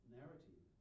narrative